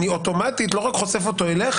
אני אוטומטית לא רק חושף אותו אליך,